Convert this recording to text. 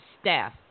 staff